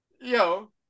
Yo